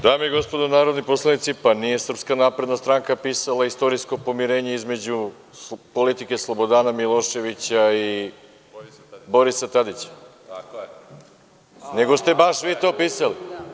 Dame i gospodo narodni poslanici, pa nije SNS pisala istorijsko pomirenje između politike Slobodana Miloševića i Borisa Tadića, nego ste baš vi to pisali.